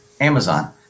Amazon